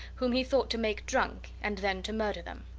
whom he thought to make drunk and then to murder them.